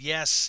Yes